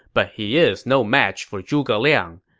but he is no match for zhuge liang.